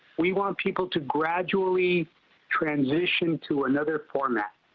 we want people to gradually transition to another format.